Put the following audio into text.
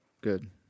Good